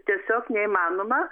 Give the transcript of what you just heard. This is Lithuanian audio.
tiesiog neįmanoma